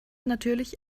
natürlich